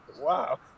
wow